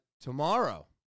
tomorrow